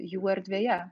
jų erdvėje